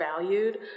valued